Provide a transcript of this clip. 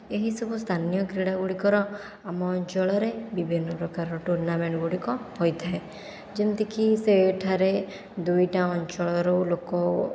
ଏହିସବୁ ସ୍ଥାନୀୟ କ୍ରୀଡ଼ା ଗୁଡ଼ିକର ଆମ ଅଞ୍ଚଳରେ ବିଭିନ୍ନ ପ୍ରକାର ଟୁର୍ନାମେଣ୍ଟ ଗୁଡ଼ିକ ହୋଇଥାଏ ଯେମିତିକି ସେଠାରେ ଦୁଇଟା ଅଞ୍ଚଳରୁ ଲୋକ